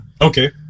Okay